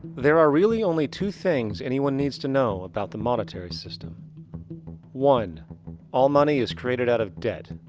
there are really only two things anyone needs to know about the monetary system one all money is created out of debt.